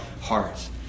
hearts